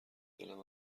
دلم